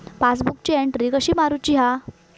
पासबुकाची एन्ट्री कशी मारुची हा?